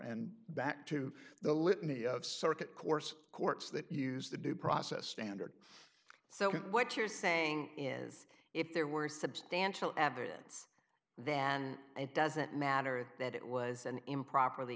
and back to the litany of circuit course courts that use the due process standard so what you're saying is if there were substantial evidence then it doesn't matter that it was an improperly